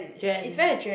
Juan